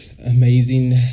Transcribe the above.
amazing